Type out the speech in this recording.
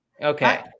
Okay